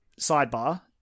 sidebar